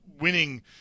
winning